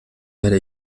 werde